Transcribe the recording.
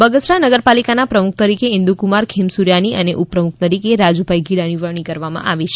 બગસરા નગરપાલિકાના પ્રમુખ તરીકે ઈન્દુકુમાર ખીમસૂર્યાની અને ઉપપ્રમુખ તરીકે રાજુભાઈ ગીડા ની વરણી કરવામાં આવી છે